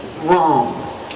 wrong